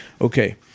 Okay